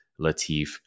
Latif